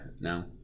no